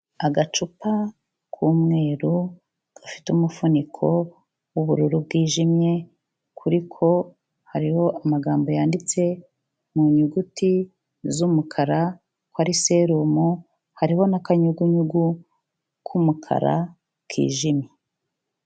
Agacupa k'umweru, gafite umufuniko w'ubururu bwijimye. kuri ko hariho amagambo yanditse mu nyuguti z'umukara ko ari serumu, hariho n'akanyugunyugu k'umukara kijimye.